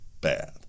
bad